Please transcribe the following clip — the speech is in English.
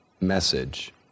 message